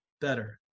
better